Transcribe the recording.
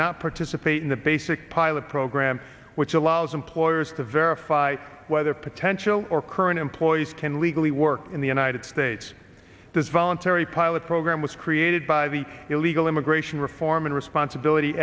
not participate in the basic pilot program which allows employers to verify whether potential or current employees can legally work in the united states this voluntary pilot program was created by the illegal immigration reform and responsibility